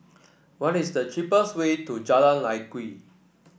what is the cheapest way to Jalan Lye Kwee